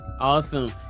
Awesome